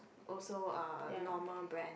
also uh normal brand